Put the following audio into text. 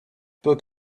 book